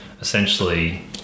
essentially